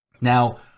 Now